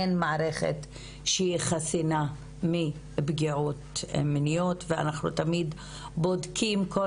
אין מערכת שהיא חסינה מפגיעות מיניות ואנחנו תמיד בודקים כל